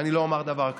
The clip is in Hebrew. אני לא אומר דבר כזה,